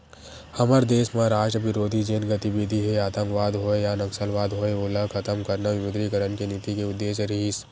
हमर देस म राष्ट्रबिरोधी जेन गतिबिधि हे आंतकवाद होय या नक्सलवाद होय ओला खतम करना विमुद्रीकरन के नीति के उद्देश्य रिहिस